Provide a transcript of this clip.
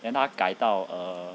and 他改到 err